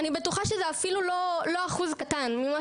אני בטוחה שזה אפילו לא אחוז קטן ממה